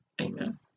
Amen